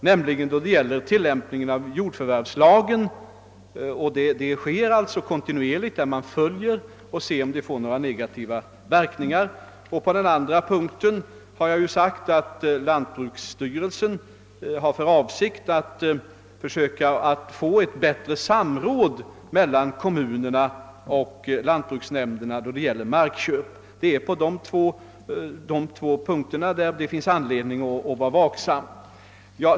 För det första följs tillämpningen av jordförvärvslagen kontinuerligt för att man skall se om lagen får några negativa verkningar, och för det andra har lantbruksstyrelsen för avsikt att försöka få till stånd ett bättre samråd mellan kommunerna och lantbruksnämnderna då det gäller markköp. Det är på dessa två punkter det finns anledning att vara vaksam.